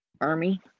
Army